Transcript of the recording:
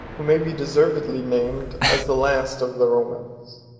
who may be deservedly named as the last of the romans.